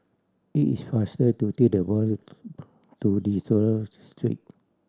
it is faster to take the bus to De Souza Street